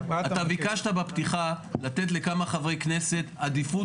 ביקשת בפתיחה לתת לכמה חברי כנסת עדיפות